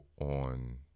on